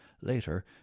Later